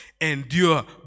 endure